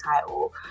title